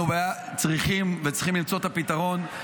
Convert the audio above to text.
אנחנו צריכים למצוא את הפתרון,